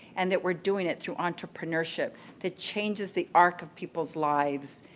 and that we're doing it through entrepreneurship that changes the arc of people's lives.